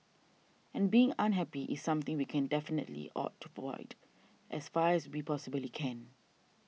and being unhappy is something we can definitely ought to avoid as far as we possibly can